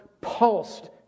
pulsed